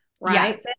right